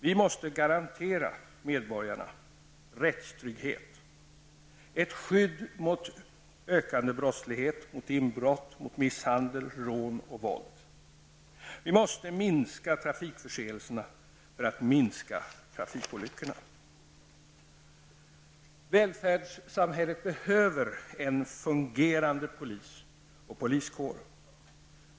Vi måste garantera medborgarna rättstrygghet, ett skydd mot ökande brottslighet, mot inbrott, misshandel, rån och våld. Vi måste minska trafikförseelserna för att minska trafikolyckorna. Välfärdssamhället behöver en fungerande polis och poliskår.